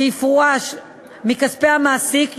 שיופרש מכספי המעסיק,